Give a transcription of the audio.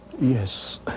Yes